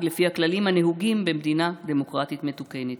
לפי הכללים הנהוגים במדינה דמוקרטית מתוקנת.